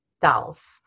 dolls